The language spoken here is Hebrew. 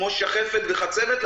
כמו שחפת וחצבת,